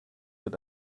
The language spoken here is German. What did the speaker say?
wird